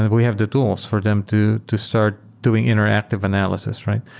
we have the tools for them to to start doing interactive analysis, right?